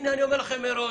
הנה אני אומר לכם מראש,